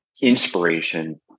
inspiration